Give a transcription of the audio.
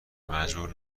مجبور